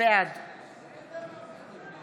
בעד